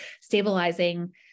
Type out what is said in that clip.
stabilizing